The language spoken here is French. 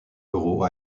euros